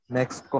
Next